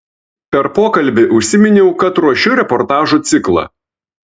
per pokalbį užsiminiau kad ruošiu reportažų ciklą